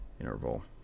interval